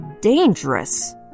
dangerous